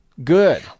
good